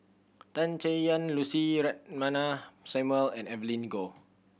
Tan Chay Yan Lucy Samuel and Evelyn Goh